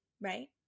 right